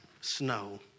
snow